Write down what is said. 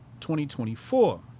2024